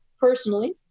personally